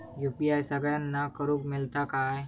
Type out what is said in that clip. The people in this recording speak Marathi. यू.पी.आय सगळ्यांना करुक मेलता काय?